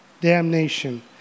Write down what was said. damnation